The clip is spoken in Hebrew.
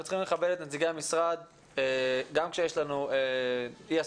אנחנו צריכים לכבד את נציגי המשרד גם כשיש לנו אי הסכמות.